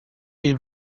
been